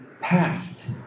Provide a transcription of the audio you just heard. past